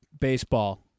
baseball